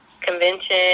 convention